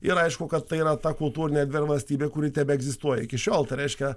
ir aišku kad tai yra ta kultūrinė erdvė ar valstybė kuri tebeegzistuoja iki šiol tai reiškia